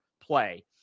play